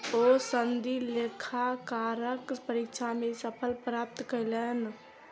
ओ सनदी लेखाकारक परीक्षा मे सफलता प्राप्त कयलैन